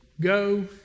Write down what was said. go